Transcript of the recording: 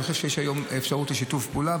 אני חושב שיש היום אפשרות לשיתוף פעולה.